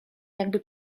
jakby